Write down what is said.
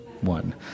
one